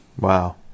Wow